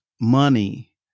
money